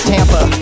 Tampa